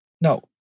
no